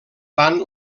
tant